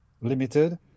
limited